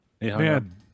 Man